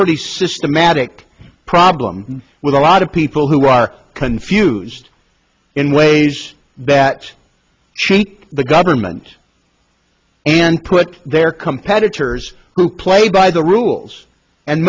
pretty systematic problem with a lot of people who are confused in ways that she the government and put their competitors who play by the rules and